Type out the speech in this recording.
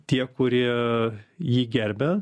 tie kurie jį gerbia